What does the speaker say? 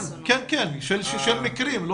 כן, של מקרים.